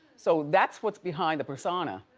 so that's, what's behind the persona.